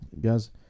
Guys